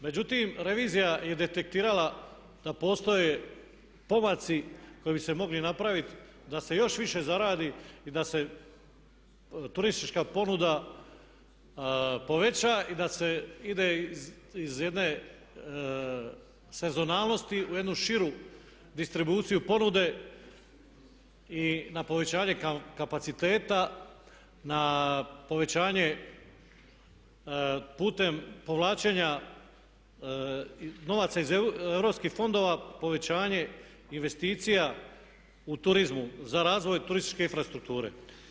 Međutim, revizija je detektirala da postoje pomaci koji bi se mogli napraviti da se još više zaradi i da se turistička ponuda poveća i da se ide iz jedne senzualnosti u jednu širu distribuciju ponude i na povećanje kapaciteta, na povećanje putem povlačenja novaca iz europskih fondova, povećanje investicija u turizmu za razvoj turističke infrastrukture.